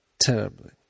terribly